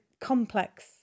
complex